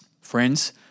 Friends